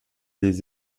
des